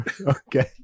okay